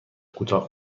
کوتاه